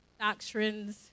doctrines